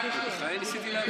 יש גבול למה,